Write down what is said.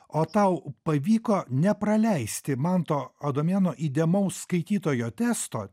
o tau pavyko nepraleisti manto adomėno įdėmaus skaitytojo testo